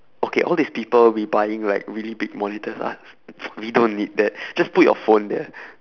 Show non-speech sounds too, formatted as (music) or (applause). okay all this people be buying like really big monitors ah (noise) we don't need that (breath) just put your phone there (breath)